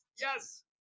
yes